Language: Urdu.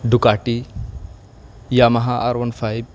Ducati Yamaha R one five